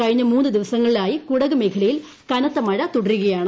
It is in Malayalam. കഴിഞ്ഞ മൂന്നു ദിവസങ്ങളിലായി കുടക് മേഖലയിൽ കനത്ത മഴ തുടരുകയാണ്